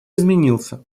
изменился